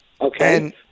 Okay